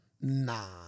Nah